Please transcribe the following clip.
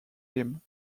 him